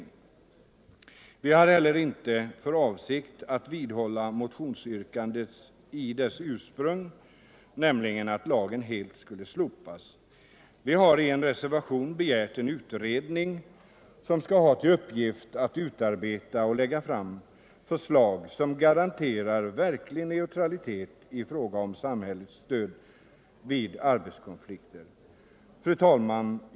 Vi 139 har heller inte för avsikt att vidhålla motionsyrkandet i dess ursprung —- nämligen att lagen helt skulle slopas. Vi har i en reservation begärt en utredning, som skall ha till uppgift att utarbeta och lägga fram förslag som garanterar en verklig neutralitet i fråga om samhällets stöd vid arbetskonflikter. Fru talman!